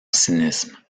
cynisme